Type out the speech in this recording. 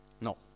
No